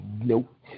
Nope